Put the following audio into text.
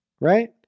Right